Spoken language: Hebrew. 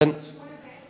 גילאי שמונה ועשר.